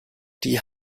die